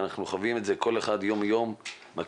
אנחנו חווים את זה כל אחד יום יום מהכיוונים